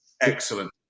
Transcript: Excellent